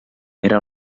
era